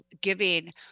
giving